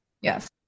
Yes